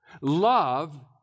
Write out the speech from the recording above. Love